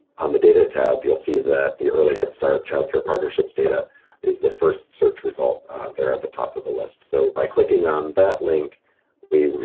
on the data tab you'll see that the early head start-child care partnerships data is the first search result there at the top of the list. so by clicking on that link we